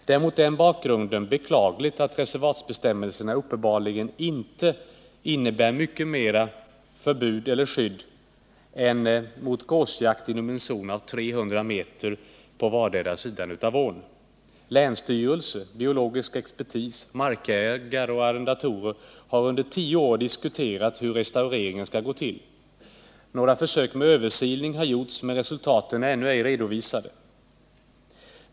Det är mot den bakgrunden beklagligt att reservatsbestämmelserna uppenbarligen inte innebär mycket mera förbud eller skydd än mot gåsjakt inom en zon av 300 m på vardera sida av ån. Länsstyrelsen, biologisk expertis, markägare och arrendatorer har under tio år diskuterat hur restaureringen skall gå till. Några försök med översilning har gjorts, men resultaten är ännu ej redovisade.